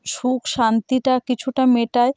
সুখ শান্তিটা কিছুটা মেটায়